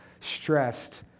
stressed